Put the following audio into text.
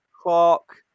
Clark